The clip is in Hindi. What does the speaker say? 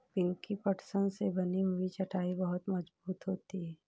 पिंकी पटसन से बनी हुई चटाई बहुत मजबूत होती है